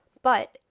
but,